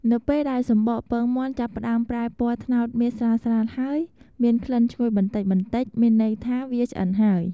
នៅពេលដែលសំបកពងមាន់ចាប់ផ្តើមប្រែពណ៌ត្នោតមាសស្រាលៗ ហើយមានក្លិនឈ្ងុយបន្តិចៗ មានន័យថាវាឆ្អិនហើយ។